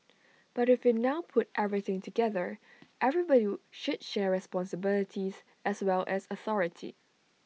but if we now put everything together everybody should share responsibilities as well as authority